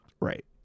right